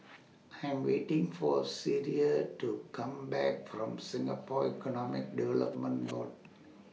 I'm waiting For Sierra to Come Back from Singapore Economic Development Board